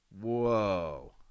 whoa